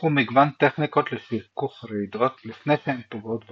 פותחו מגוון טכניקות לשיכוך רעידות לפני שהן פוגעות ברוכב.